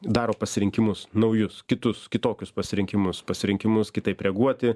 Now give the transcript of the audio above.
daro pasirinkimus naujus kitus kitokius pasirinkimus pasirinkimus kitaip reaguoti